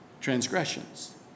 Transgressions